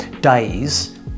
days